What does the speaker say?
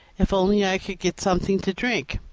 if only i could get something to drink.